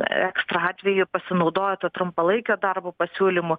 ekstra atveju pasinaudoja ta trumpalaikio darbo pasiūlymu